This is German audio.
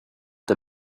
der